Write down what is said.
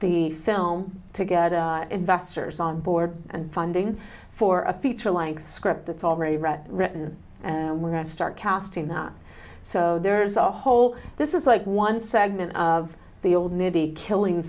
the film to get investors on board and funding for a feature length script that's already written and we're going to start casting now so there's a whole this is like one segment of the old navy killing